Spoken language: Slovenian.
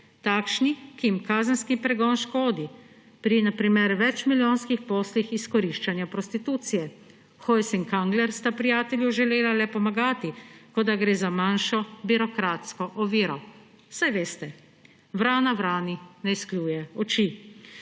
takšni, ki jim kazenski pregon škodi pri, na primer, večmilijonskih poslih izkoriščanja prostitucije. Hojs in Kangler sta prijatelju želela le pomagati, kot da gre za manjši birokratko oviro. Saj veste, vrana vrani ne izkljuje oči.